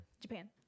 Japan